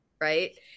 Right